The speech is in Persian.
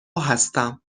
هستم